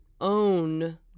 own